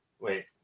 Wait